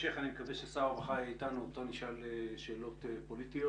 בהמשך אני מקווה ששר הרווחה יהיה אתנו ואותו נשאל שאלות פוליטיות.